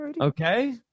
okay